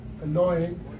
annoying